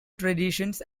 traditions